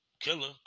killer